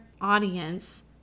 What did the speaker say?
audience